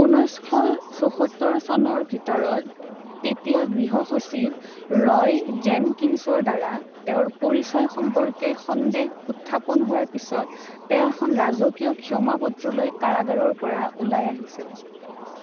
ঊনৈছশ চৌসত্তৰ চনৰ ভিতৰত তেতিয়াৰ গৃহ সচিব ৰয় জেনকিন্সৰ দ্বাৰা তেওঁৰ পৰিচয় সম্পৰ্কে সন্দেহ উত্থাপন হোৱাৰ পিছত তেওঁ এখন ৰাজকীয় ক্ষমা পত্ৰ লৈ কাৰাগাৰৰ পৰা ওলাই আহিছিল